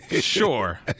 Sure